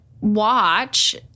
watch